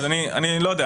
אני לא יודע.